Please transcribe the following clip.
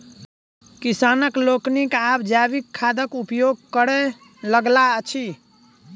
किसान लोकनि आब जैविक खादक उपयोग करय लगलाह अछि